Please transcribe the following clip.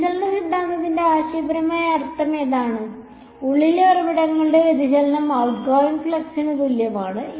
വ്യതിചലന സിദ്ധാന്തത്തിന്റെ ആശയപരമായ അർത്ഥം അതാണ് ഉള്ളിലെ ഉറവിടങ്ങളുടെ വ്യതിചലനം ഔട്ട്ഗോയിംഗ് ഫ്ളക്സിന് തുല്യമാണ്